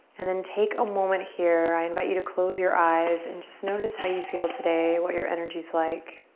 and then take a moment here, i invite you to close your eyes and just notice how you feel today. what your energy's like.